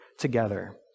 together